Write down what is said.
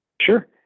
Sure